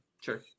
sure